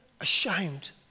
ashamed